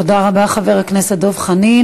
תודה רבה, חבר הכנסת דב חנין.